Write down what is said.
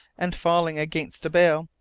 and, falling against a bale,